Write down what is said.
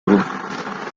grupo